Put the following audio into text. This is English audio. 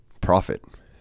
profit